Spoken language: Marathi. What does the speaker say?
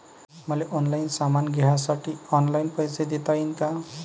मले ऑनलाईन सामान घ्यासाठी ऑनलाईन पैसे देता येईन का?